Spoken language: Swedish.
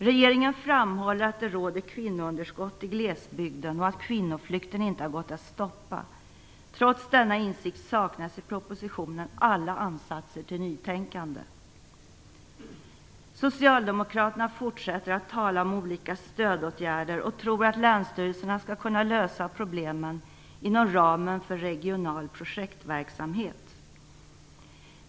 Regeringen framhåller att det råder kvinnounderskott i glesbygden och att kvinnoflykten inte har gått att stoppa. Trots denna insikt saknas i propositionen alla ansatser till nytänkande. Socialdemokraterna fortsätter att tala om olika stödåtgärder och tror att länsstyrelserna skall kunna lösa problemen inom ramen för regional projektverksamhet.